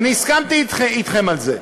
אני הסכמתי אתכם על זה.